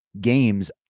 games